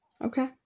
Okay